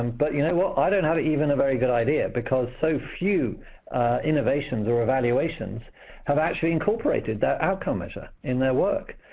um but you know what? i don't have even a very good idea, because so few innovations or evaluations have actually incorporated that outcome measure in their work.